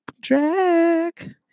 drag